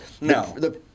No